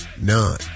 none